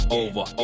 over